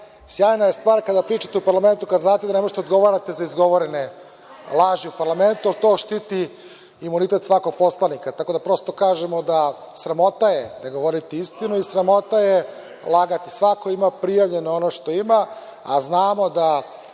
sjajna je stvar kada pričate u parlamentu kada znate da ne možete da odgovarate za izgovorene laži u parlamentu, jer to štiti imunitet svakog poslanika. Tako da prosto kažem da je sramota ne govoriti istinu i sramota je lagati. Svako ima prijavljeno ono što ima, a znamo da